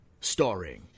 Starring